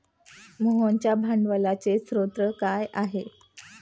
मोहनच्या भांडवलाचे स्रोत काय आहे?